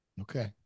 Okay